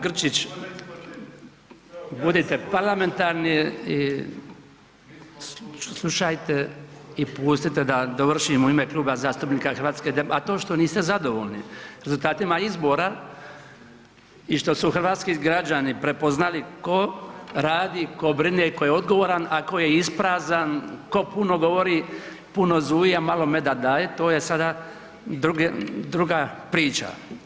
Kolega Grčić, budite parlamentarni i slušajte i pustite da dovršim u ime Kluba zastupnika HDZ-a, a to što niste zadovoljni rezultatima izbora i što su hrvatski građani prepoznali tko radi, tko brine i tko je odgovoran, a tko je isprazan, tko puno govori, puno zuji, a malo meda daje to je sada druga priča.